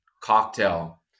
cocktail